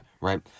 right